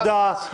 תודה.